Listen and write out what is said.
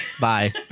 Bye